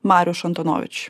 mariuš antonovič